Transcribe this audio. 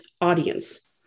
audience